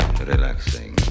relaxing